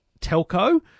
telco